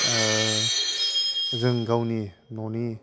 जों गावनि न'नि